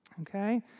okay